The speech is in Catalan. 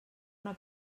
una